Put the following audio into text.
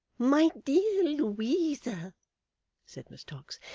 my dear louisa said miss tox,